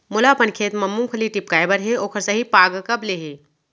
मोला अपन खेत म मूंगफली टिपकाय बर हे ओखर सही पाग कब ले हे?